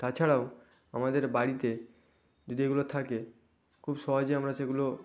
তাছাড়াও আমাদের বাড়িতে যদি এগুলো থাকে খুব সহজে আমরা সেগুলো